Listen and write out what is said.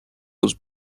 was